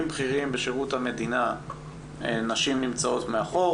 בכירים בשירות המדינה נשים נמצאות מאחור,